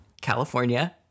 California